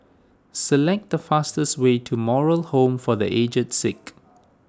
select the fastest way to Moral Home for the Aged Sick